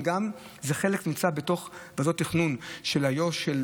חלק נמצא בתוך ועדות תכנון של איו"ש,